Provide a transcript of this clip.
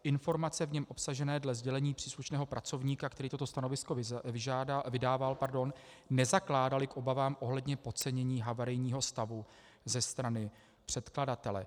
Informace v něm obsažené dle sdělení příslušného pracovníka, který toto stanovisko vydával, nezakládaly k obavám ohledně podcenění havarijního stavu ze strany předkladatele.